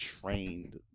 trained